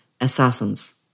assassins